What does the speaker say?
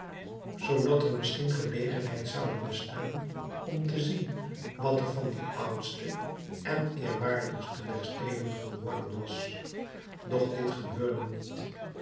zoodat er misschien gelegenheid zoude bestaan om te zien wat er van die oudste en eerwaardigste der steden geworden was doch dit gebeurde niet